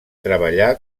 treballà